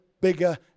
bigger